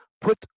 put